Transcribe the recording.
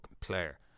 player